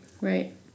right